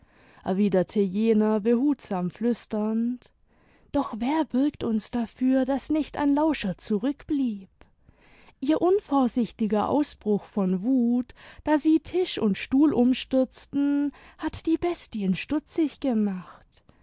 erwiderte jener behutsam flüsternd doch wer bürgt uns dafür daß nicht ein lauscher zurückblieb ihr unvorsichtiger ausbruch von wuth da sie tisch und stuhl umstürzten hat die bestien stutzig gemacht